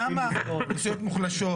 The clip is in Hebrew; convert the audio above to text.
למה אוכלוסיות מוחלשות?